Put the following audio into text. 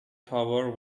tower